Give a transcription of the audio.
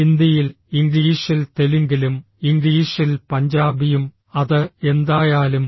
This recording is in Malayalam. ഹിന്ദിയിൽ ഇംഗ്ലീഷിൽ തെലുങ്കിലും ഇംഗ്ലീഷിൽ പഞ്ചാബിയും അത് എന്തായാലും